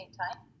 time